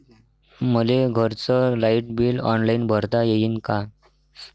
मले घरचं light bill online भरता येईन का?